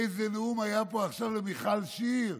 איזה נאום היה פה עכשיו למיכל שיר.